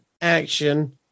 action